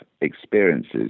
experiences